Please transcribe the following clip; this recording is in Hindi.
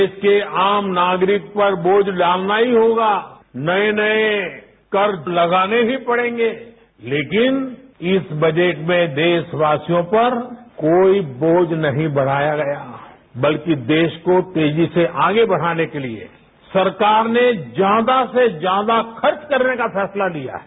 देश के आम नागरिक पर बोझ डालना ही होगा नए नए कर लगाने की पड़ेंगे लेकिन इस बजट में देशवासियों पर कोई बोझ नहीं बढ़ाया गया बल्कि देश को तेजी से आगे बढ़ाने के लिए सरकार ने ज्यादा से ज्यादा खर्च करने का फैसला लिया है